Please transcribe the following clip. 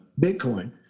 Bitcoin